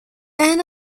end